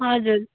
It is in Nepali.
हजुर